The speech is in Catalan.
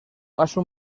passe